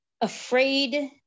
afraid